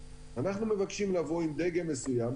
אנחנו מבקשים לבוא עם דגם מסוים,